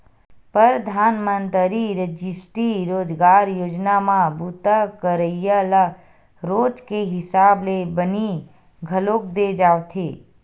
परधानमंतरी रास्टीय रोजगार योजना म बूता करइया ल रोज के हिसाब ले बनी घलोक दे जावथे